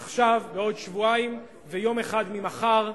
עכשיו, בעוד שבועיים ויום אחד ממחר,